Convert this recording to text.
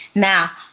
now,